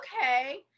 okay